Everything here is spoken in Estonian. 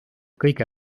kõige